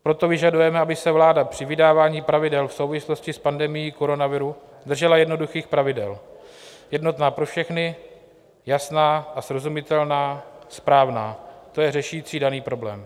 Proto vyžadujeme, aby se vláda při vydávání pravidel v souvislosti s pandemií koronaviru držela jednoduchých pravidel, jednotných pro všechny, jasných a srozumitelných, správných, to je řešících daný problém.